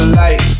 light